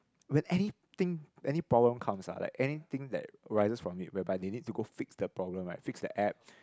when anything any problem comes ah like anything that rises from it whereby they need to go fix the problem right fix the app